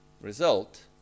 result